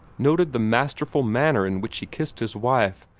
noted the masterful manner in which she kissed his wife,